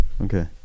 okay